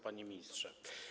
Panie Ministrze!